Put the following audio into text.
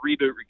Reboot